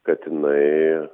kad jinai